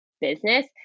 business